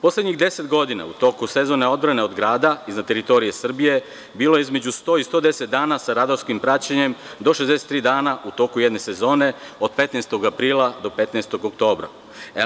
Poslednjih 10 godina, u toku sezone odbrane od grada, iznad teritorije Srbije bilo je između 100 i 110 dana sa radarskim praćenjem, do 63 dana u toku jedne sezone, od 15. aprila do 15. oktobra.